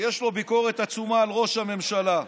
יש לו גם ביקורת עצומה על ראש הממשלה וכו'